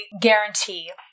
guarantee